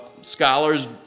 scholars